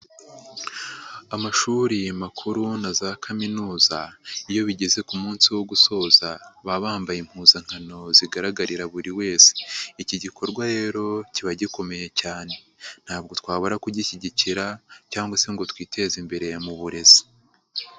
Amashuri makuru na za kaminuza iyo bigeze ku munsi wo gusoza baba bambaye impuzankano zigaragarira buri wese, iki gikorwa rero kiba gikomeye cyane ntabwo twabura kugishyigikira cyangwa se ngo twiteze imbere mu burezi.